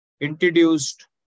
introduced